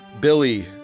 Billy